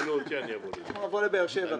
אנחנו נבוא לבאר שבע.